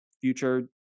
future